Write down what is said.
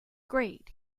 great